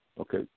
okay